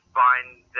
find